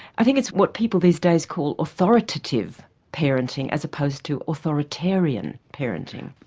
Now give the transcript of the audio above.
i think it's what people these days call authoritative parenting as opposed to authoritarian parenting.